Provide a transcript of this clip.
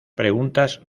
preguntas